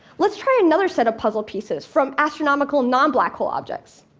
let's try another set of puzzle pieces from astronomical, non-black hole objects.